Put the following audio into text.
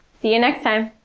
see you next time!